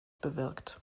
bewirkt